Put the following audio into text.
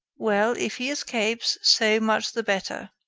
well, if he escapes, so much the better.